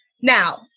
Now